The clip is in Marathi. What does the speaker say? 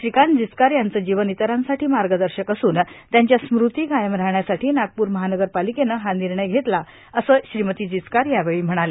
श्रीकांत जिचकार यांचं जीवन इतरांसाठी मार्गदर्शक असून त्यांच्या स्मृती कायम राहण्यासाठी नागपूर महानगर पालिकेनं हा निर्णय घेतला असं श्रीमती जिचकार यावेळी म्हणाल्या